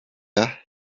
are